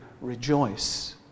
rejoice